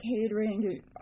catering